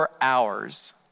hours